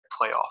playoff